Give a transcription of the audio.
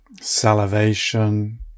salivation